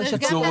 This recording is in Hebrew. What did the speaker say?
ברשתות.